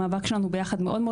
המאבק שלנו ביחד חשוב מאוד.